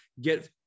get